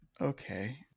Okay